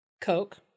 Coke